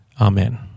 Amen